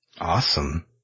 Awesome